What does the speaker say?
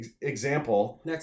example